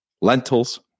lentils